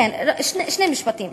שני משפטים.